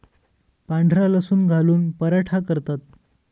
पांढरा लसूण घालून पराठा करतात